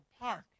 park